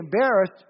embarrassed